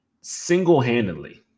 single-handedly